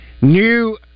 New